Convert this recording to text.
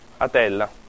Atella